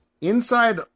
Inside